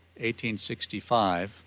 1865